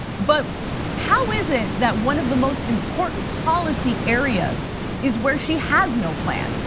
but how is it that one of the most important policy areas is where she has no plan?